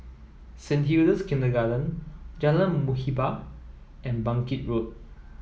Saint Hilda's Kindergarten Jalan Muhibbah and Bangkit Road